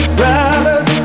brothers